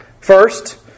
First